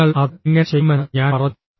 നിങ്ങൾ അത് എങ്ങനെ ചെയ്യുമെന്ന് ഞാൻ പറഞ്ഞു